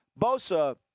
Bosa